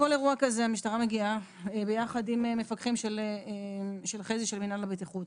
המשטרה מגיעה ביחד עם המפקחים של חזי ממינהל הבטיחות לכל אירוע כזה.